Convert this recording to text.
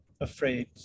afraid